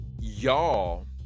Y'all